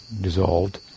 dissolved